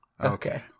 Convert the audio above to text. Okay